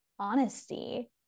Honesty